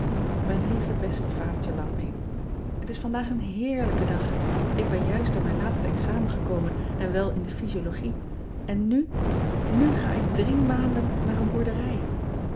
ijn lieve beste adertje angbeen et is vandaag een heerlijke dag k ben juist door mijn laatste examen gekomen en wel in de physiologie n nu u ga ik drie maanden naar een boerderij